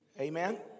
Amen